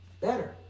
better